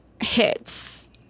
hits